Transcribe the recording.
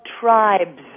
Tribes